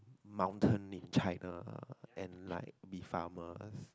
mountain in China and like be farmers